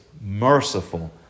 merciful